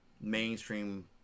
mainstream